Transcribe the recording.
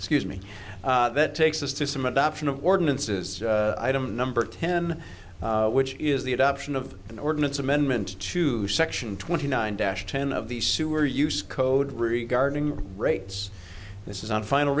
scuse me that takes us to some adoption of ordinances item number ten which is the adoption of an ordinance amendment to section twenty nine dash ten of the sewer use code regarding rates this is not final